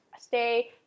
Stay